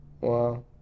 Wow